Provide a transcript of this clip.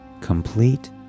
complete